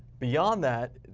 beyond that,